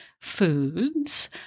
foods